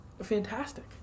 Fantastic